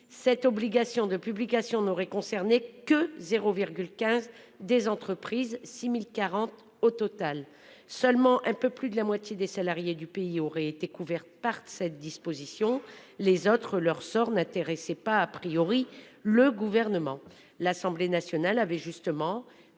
Cette obligation de publication n'aurait concerné que 0,15 des entreprises, 6040 au total seulement un peu plus de la moitié des salariés du pays auraient été couverts par cette disposition. Les autres leur sort n'intéressait pas a priori le gouvernement, l'Assemblée nationale avait justement